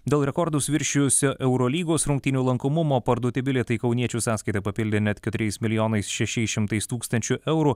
dėl rekordus viršijusio eurolygos rungtynių lankomumo parduoti bilietai kauniečių sąskaitą papildė net keturiais milijonais šešiais šimtais tūkstančių eurų